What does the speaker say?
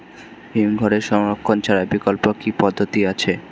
হিমঘরে সংরক্ষণ ছাড়া বিকল্প কি পদ্ধতি আছে?